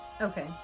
Okay